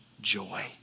joy